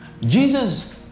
Jesus